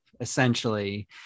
essentially